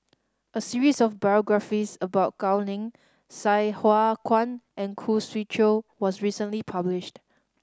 a series of biographies about Gao Ning Sai Hua Kuan and Khoo Swee Chiow was recently published